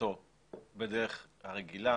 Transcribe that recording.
בקשתו בדרך הרגילה.